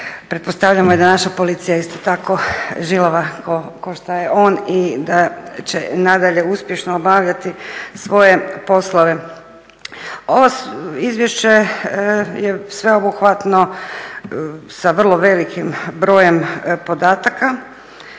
pretpostavljamo da je i naša policija isto tako žilava kao što je on i da će nadalje uspješno obavljati svoje poslove. Ovo izvješće je sveobuhvatno sa vrlo velikim brojem podataka